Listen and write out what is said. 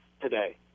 today